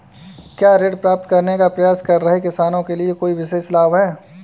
क्या ऋण प्राप्त करने का प्रयास कर रहे किसानों के लिए कोई विशेष लाभ हैं?